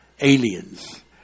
aliens